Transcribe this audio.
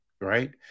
right